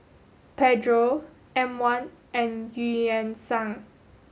Pedro M One and Eu Yan Sang